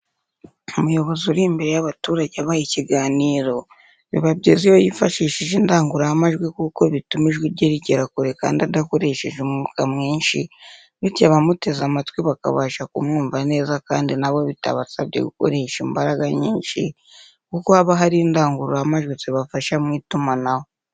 Umuyobozi uri imbere y'abaturage abaha ikiganiro, biba byiza iyo yifashishije indangururamajwi kuko bituma ijwi rye rigera kure kandi adakoresheje umwuka mwinshi, bityo abamuteze amatwi bakabasha kumwumva neza kandi na bo bitabasabye gukoresha imbaraga nyinshi kuko haba hari indangururamajwi zibafasha mu itumanaho.